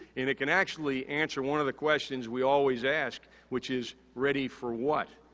and, it can actually answer one of the questions we always ask, which is ready for what?